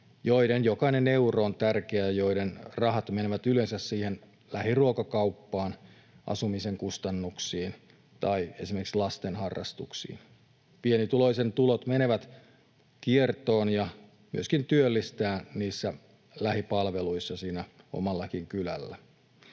jokainen euro on tärkeä, joiden rahat menevät yleensä siihen lähiruokakauppaan, asumisen kustannuksiin tai esimerkiksi lasten harrastuksiin. Pienituloisten tulot menevät kiertoon ja myöskin työllistävät niissä lähipalveluissa siinä omallakin kylällä.